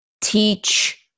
teach